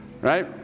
right